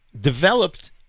developed